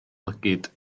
lygaid